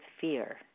fear